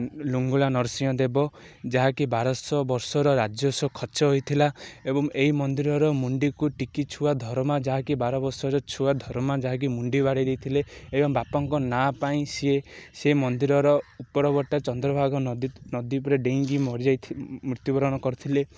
ଲାଙ୍ଗୁଳା ନରସିଂହ ଦେବ ଯାହାକି ବାରଶହ ବର୍ଷର ରାଜସ୍ୱ ଖର୍ଚ୍ଚ ହୋଇଥିଲା ଏବଂ ଏହି ମନ୍ଦିରର ମୁଣ୍ଡିକୁ ଟିକି ଛୁଆ ଧରମା ଯାହାକି ବାର ବର୍ଷର ଛୁଆ ଧରମା ଯାହାକି ମୁଣ୍ଡି ବାଡ଼େଇ ଦେଇଥିଲେ ଏବଂ ବାପାଙ୍କ ନାଁ ପାଇଁ ସିଏ ସେ ମନ୍ଦିରର ଉପରଟା ଚନ୍ଦ୍ରଭାଗ ନଦୀ ନଦୀ ଉପରେ ଡେଇଁକି ମରିଯାଇ ମୃତ୍ୟୁବରଣ କରିଥିଲେ